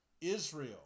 israel